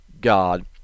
God